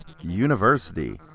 University